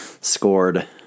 scored